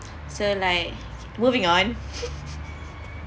so like moving on